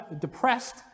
depressed